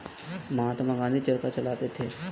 महात्मा गांधी चरखा चलाते थे